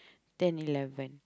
ten eleven